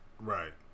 Right